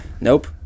Nope